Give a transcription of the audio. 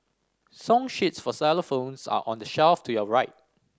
song sheets for xylophones are on the shelf to your right